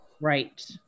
Right